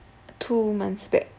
two months back